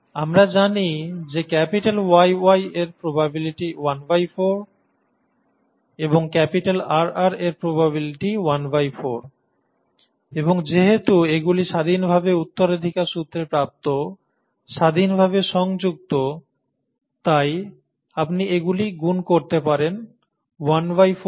আমরা জানি যে YY এর প্রবাবিলিটি 14 এবং RR এর প্রবাবিলিটি 14 এবং যেহেতু এগুলি স্বাধীনভাবে উত্তরাধিকার সূত্রে প্রাপ্ত স্বাধীনভাবে সংযুক্ত তাই আপনি এগুলি গুন করতে পারেন ¼ x ¼ এটি 116